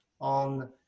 on